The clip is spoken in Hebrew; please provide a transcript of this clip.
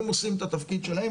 הם עושים את התפקיד שלהם,